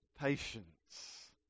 patience